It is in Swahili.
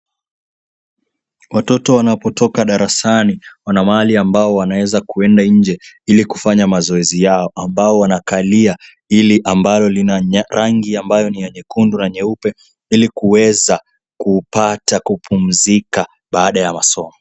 Watoto wanapotoka darasani, wana mahali ambao wanaeza kuenda nje, ili kufanya mazoezi yao, ambao wanakalia hili ambalo lina rangi ambayo ni ya nyekundu na nyeupe, ili kuweza kupata kupumzika baada ya masomo.